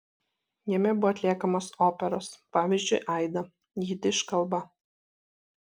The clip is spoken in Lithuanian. jame buvo atliekamos operos pavyzdžiui aida jidiš kalba